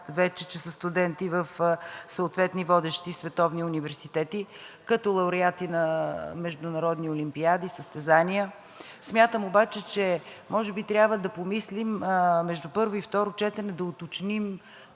вече, че са студенти в съответни водещи световни университети като лауреати на международни олимпиади, състезания. Смятам обаче, че може би трябва да помислим между първо и второ четене, да уточним,